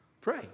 Pray